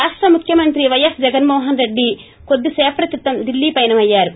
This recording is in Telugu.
రాష్ణ ముఖ్యమంత్రి పైఎస్ జగన్మోహనరెడ్డి జగన్ కొద్ది సేపటి క్రితం ఢిల్లీ పయ్తునమయ్యారు